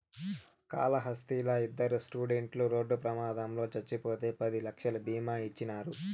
కాళహస్తిలా ఇద్దరు స్టూడెంట్లు రోడ్డు ప్రమాదంలో చచ్చిపోతే పది లక్షలు బీమా ఇచ్చినారు